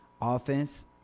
Offense